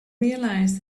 realized